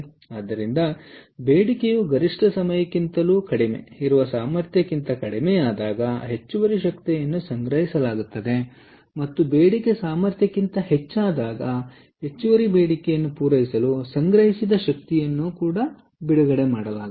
ಆದ್ದರಿಂದ ಬೇಡಿಕೆಯು ಗರಿಷ್ಠ ಸಮಯಕ್ಕಿಂತಲೂ ಕಡಿಮೆ ಇರುವ ಸಾಮರ್ಥ್ಯಕ್ಕಿಂತ ಕಡಿಮೆಯಾದಾಗ ಹೆಚ್ಚುವರಿ ಶಕ್ತಿಯನ್ನು ಸಂಗ್ರಹಿಸಲಾಗುತ್ತದೆ ಮತ್ತು ಬೇಡಿಕೆ ಸಾಮರ್ಥ್ಯಕ್ಕಿಂತ ಹೆಚ್ಚಾದಾಗ ಹೆಚ್ಚುವರಿ ಬೇಡಿಕೆಯನ್ನು ಪೂರೈಸಲು ಸಂಗ್ರಹಿಸಿದ ಶಕ್ತಿಯನ್ನು ಬಿಡುಗಡೆ ಮಾಡಲಾಗುತ್ತದೆ